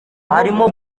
harimo